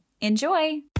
Enjoy